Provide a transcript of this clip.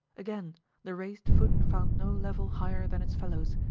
again the raised foot found no level higher than its fellows.